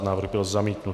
Návrh byl zamítnut.